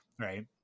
right